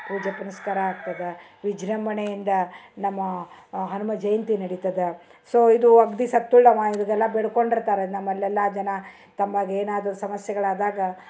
ಪೂಜೆ ಪುನಸ್ಕಾರ ಆಗ್ತದ ವಿಜೃಂಭಣೆಯಿಂದ ನಮ್ಮ ಹನುಮ ಜಯಂತಿ ನಡಿತದ ಸೊ ಇದು ಅಗ್ದಿ ಸಕ್ತ್ ಉಳ್ಳವ ಬೇಡ್ಕೊಂಡಿರ್ತಾರ ಈಗ ನಮ್ಮಲ್ಲೆಲ್ಲಾ ಜನ ತಮ್ಮಗೇನಾದರು ಸಮಸ್ಯೆಗಳು ಆದಾಗ